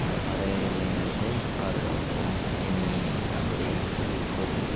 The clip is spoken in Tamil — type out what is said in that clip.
பறவைகள் இனத்தை பாதுகாப்போம் இனி அப்படியென்று கூறுகிறேன்